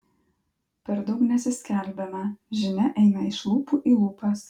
per daug nesiskelbiame žinia eina iš lūpų į lūpas